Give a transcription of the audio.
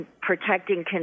protecting